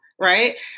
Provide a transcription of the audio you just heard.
right